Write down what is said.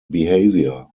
behavior